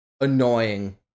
annoying